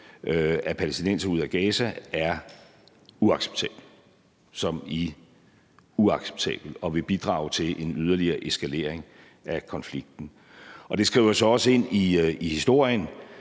er jo det, der spørges til, er uacceptabelt – som i uacceptabelt – og vil bidrage til en yderligere eskalering af konflikten. Det skriver sig også ind i historien,